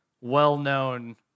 well-known